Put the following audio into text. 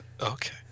Okay